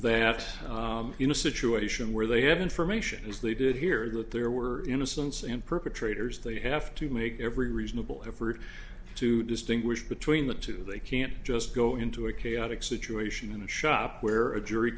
be in a situation where they have information if they did hear that there were innocence and perpetrators they have to make every reasonable effort to distinguish between the two they can't just go into a chaotic situation in a shop where a jury